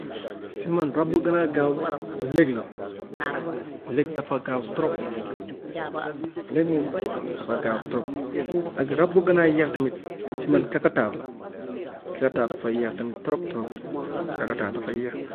Si man rab bu gën a gaaw. lëg la lëg dafa gaaw trop lëg moom dafa gaaw trop ak rab bu gën a yéex tamit si man kakataar la kakataar dafa yéex tamit trop trop trop kakataar dafa yéex.